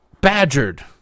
badgered